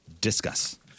Discuss